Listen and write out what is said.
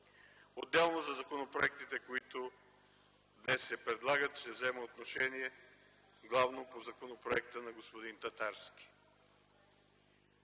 Отделно за законопроектите, които днес се предлагат се взема отношение главно по законопроекта на господин Татарски.